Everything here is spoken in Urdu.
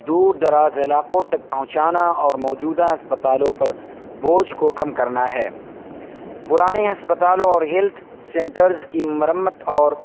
دور دراز علاقوں تک پہنچانا اور موجودہ اسپتالوں پر بوجھ کو کم کرنا ہے پرانے ہسپتالوں اور ہیلتھ سینٹرز کی مرمت اور